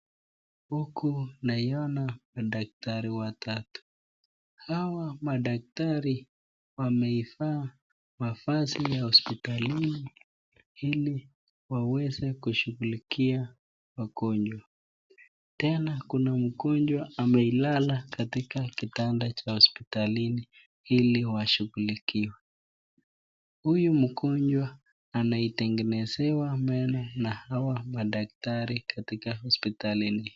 Huku naiona madaktari watatu . Hawa madaktari wameivaa mavazi ya hospitalini ili waweze kushughulikia wagonjwa . Tena kuna mgonjwa amelala katika kitanda cha hospitalini ili washughulikiwe . Huyu mgonjwa anaitengenezewa mbele na hawa madaktari katika hospitalini .